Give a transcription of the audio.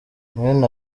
mwene